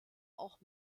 auch